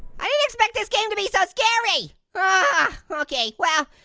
i didn't expect this game to be so scary. ah okay, well,